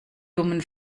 dummen